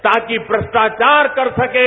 ताकि भ्रष्टाचार कर सकें